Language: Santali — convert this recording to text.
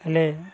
ᱟᱞᱮ